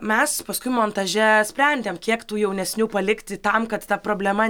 mes paskui montaže sprendėm kiek tų jaunesnių palikti tam kad ta problema